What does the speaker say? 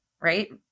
right